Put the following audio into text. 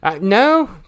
No